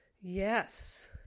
yes